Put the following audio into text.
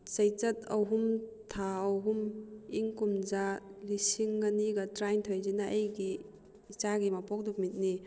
ꯆꯩꯆꯠ ꯑꯍꯨꯝ ꯊꯥ ꯑꯍꯨꯝ ꯏꯪ ꯀꯨꯝꯖꯥ ꯂꯤꯁꯤꯡ ꯑꯅꯤꯒ ꯇꯔꯥꯅꯤꯊꯣꯏꯁꯤꯅ ꯑꯩꯒꯤ ꯏꯆꯥꯒꯤ ꯃꯄꯣꯛ ꯅꯨꯃꯤꯠꯅꯤ